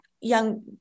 young